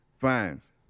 fines